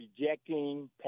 rejecting